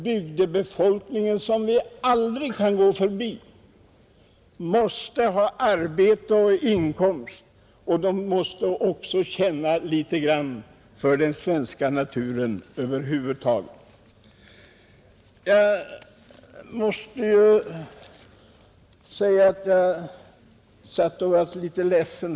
Bygdebefolkningen, som vi aldrig kan gå förbi, måste ha arbete och inkomster men också behålla kontakten med den svenska naturen. Jag satt här i dag och kände mig litet ledsen.